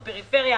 בפריפריה,